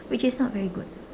which is not very good